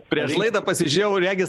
prieš laidą pasižiūrėjau regis